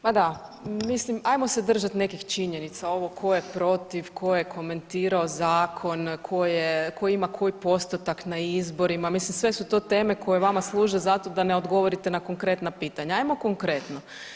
Pa da, ajmo se držat nekih činjenica ovo tko je protiv, tko je komentirao zakon, tko je, tko ima koji postotak na izborima, mislim sve su to teme koje vama služe za to da ne odgovorite na konkretna pitanja, ajmo konkretno.